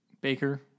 Baker